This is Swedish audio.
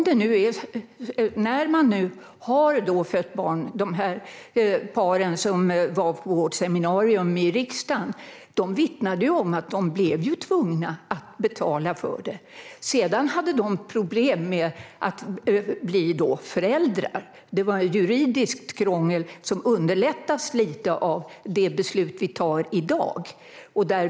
De par som var på vårt seminarium i riksdagen vittnade ju om att de blev tvungna att betala för det här. Sedan hade de problem med att bli föräldrar. Det var ett juridiskt krångel, och här underlättar det beslut vi tar i dag lite.